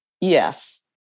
Yes